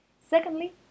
Secondly